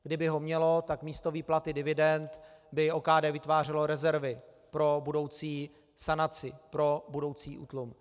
Kdyby ho mělo, tak místo výplaty dividend by OKD vytvářelo rezervy pro budoucí sanaci, pro budoucí útlum.